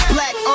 Black